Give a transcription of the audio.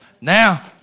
Now